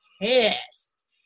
pissed